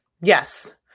Yes